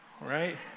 right